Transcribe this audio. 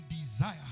desire